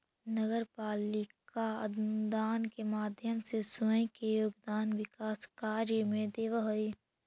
नगर पालिका अनुदान के माध्यम से स्वयं के योगदान विकास कार्य में देवऽ हई